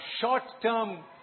short-term